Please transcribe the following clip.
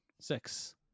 Six